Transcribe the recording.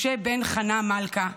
משה בן חנה מלכה,